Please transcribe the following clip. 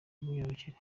bw’imyororokere